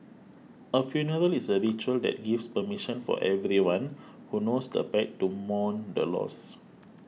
a funeral is a ritual that gives permission for everyone who knows the pet to mourn the loss